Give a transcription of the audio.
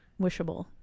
wishable